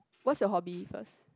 what's your hobby first